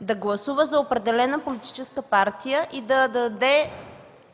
да гласува за определена политическа партия и да даде